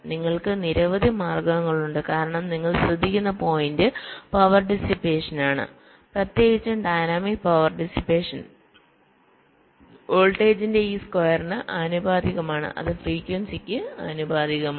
നിങ്ങൾക് നിരവധി മാർഗങ്ങളുണ്ട് കാരണം നിങ്ങൾ ശ്രദ്ധിക്കുന്ന പോയിന്റ് പവർ ഡിസ്പേഷൻ പ്രത്യേകിച്ച് ഡൈനാമിക് പവർ ഡിസ്പേഷൻ വോൾട്ടേജിന്റെ ഈ സ്ക്വയറിന് ആനുപാതികമാണ് അത് ഫ്രീക്വൻസിക്ക് ആനുപാതികമാണ്